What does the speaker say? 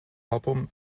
album